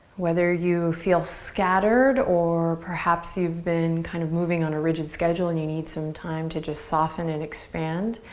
whether you feel scattered or perhaps you've been kind of moving on a rigid schedule and you need some time to just soften and expand,